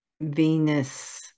Venus